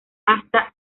hasta